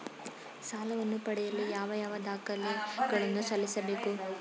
ಸಾಲವನ್ನು ಪಡೆಯಲು ಯಾವ ಯಾವ ದಾಖಲಾತಿ ಗಳನ್ನು ಸಲ್ಲಿಸಬೇಕು?